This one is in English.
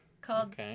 Called